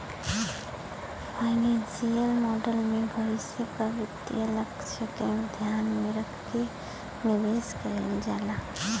financial model में भविष्य क वित्तीय लक्ष्य के ध्यान में रखके निवेश कइल जाला